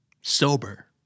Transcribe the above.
Sober